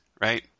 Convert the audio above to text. right